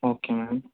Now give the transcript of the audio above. okay ma'am